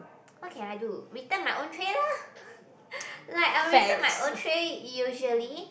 what can I do return my own tray lah like I'll return my own tray usually